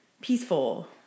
peaceful